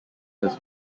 his